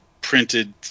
printed